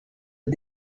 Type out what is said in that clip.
nos